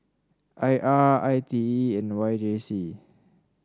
I R I T E and Y J C